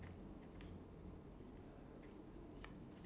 in some event and some activity